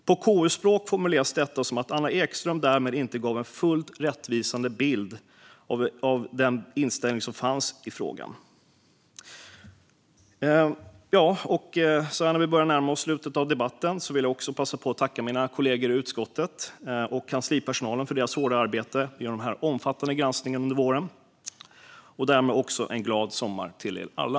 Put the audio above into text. På KU-språk formuleras detta som att Anna Ekström därmed inte gav en fullt ut rättvisande bild av den inställning som fanns i frågan. Så här när vi börjar närma oss slutet av debatten vill jag också passa på att tacka mina kollegor i utskottet och kanslipersonalen för deras hårda arbete genom den här omfattande granskningen under våren och därmed också önska en glad sommar till er alla.